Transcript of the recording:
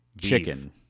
chicken